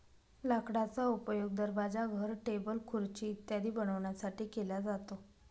लाकडाचा उपयोग दरवाजा, घर, टेबल, खुर्ची इत्यादी बनवण्यासाठी केला जातो